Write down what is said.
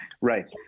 Right